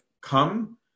come